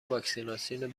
واکسیناسیون